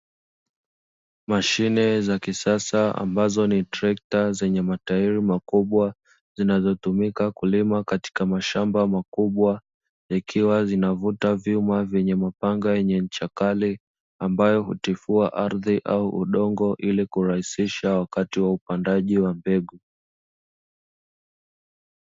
Mashine za kisasa ambazo ni trekta zenye matairi makubwa zinazo tumika kulima katika mashamba makubwa vikiwa vinavuta vyuma vyenye mapanga yenye ncha kali ambayo hutifua ardhi au udongo ili kurahisisha wakati wa upandaji wa mbegu.